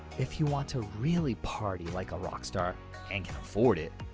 if you want to really party like a rock star and can afford it,